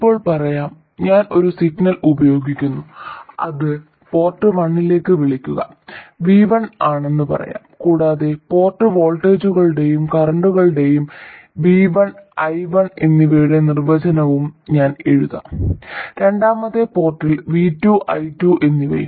ഇപ്പോൾ പറയാം ഞാൻ ഒരു സിഗ്നൽ പ്രയോഗിക്കുന്നു അത് പോർട്ട് 1 ലേക്ക് വിളിക്കുക v1 ആണെന്ന് പറയാം കൂടാതെ പോർട്ട് വോൾട്ടേജുകളുടെയും കറന്റുകളുടെയും v1 i1 എന്നിവയുടെ നിർവചനവും ഞാൻ എഴുതാം രണ്ടാമത്തെ പോർട്ടിൽ v2 i2 എന്നിവയും